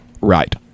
right